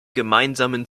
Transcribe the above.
gemeinsamen